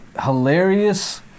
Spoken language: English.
hilarious